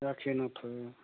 ৰাখি নথয় অ